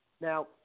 Now